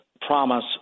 promise